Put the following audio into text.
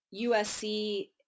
USC –